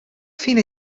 fyn